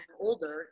older